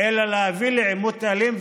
אלא להביא לעימות אלים,